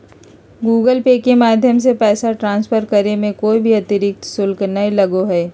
Google Pay के माध्यम से पैसा ट्रांसफर करे मे कोय भी अतरिक्त शुल्क नय लगो हय